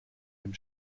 dem